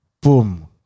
Boom